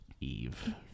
Eve